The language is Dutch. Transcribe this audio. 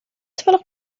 toevallig